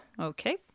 Okay